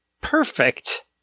perfect